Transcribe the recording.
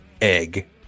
egg